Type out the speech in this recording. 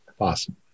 Awesome